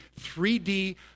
3D